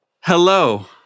Hello